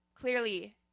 clearly